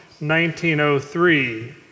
1903